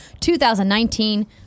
2019